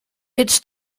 its